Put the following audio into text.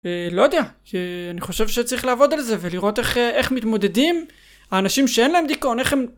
לא יודע, אני חושב שצריך לעבוד על זה ולראות איך מתמודדים האנשים שאין להם דיכאון איך הם...